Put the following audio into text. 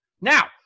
Now